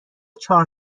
چهار